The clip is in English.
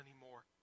anymore